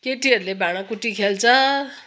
केटीहरूले भाँडाकुटी खेल्छ